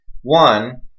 One